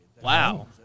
Wow